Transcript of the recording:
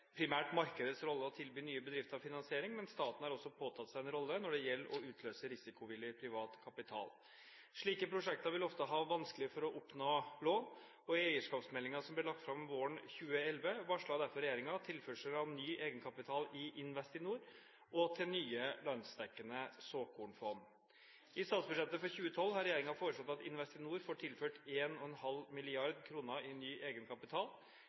primært markedets rolle å tilby nye bedrifter finansiering, men staten har også påtatt seg en rolle når det gjelder å utløse risikovillig privat kapital. Slike prosjekter vil ofte ha vanskelig for å oppnå lån, og i eierskapsmeldingen, som ble lagt fram våren 2011, varslet derfor regjeringen tilførsel av ny egenkapital i Investinor og til nye landsdekkende såkornfond. I statsbudsjettet for 2012 har regjeringen foreslått at Investinor får tilført 1,5 mrd. kr i ny egenkapital. Investinor vil dermed få en